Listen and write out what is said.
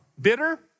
bitter